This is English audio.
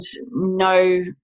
no